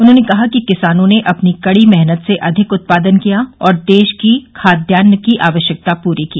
उन्होंने कहा कि किसानों ने अपनी कड़ी मेहनत से अधिक उत्पादन किया और देश की खाद्यान्न की आवश्यकता पूरी की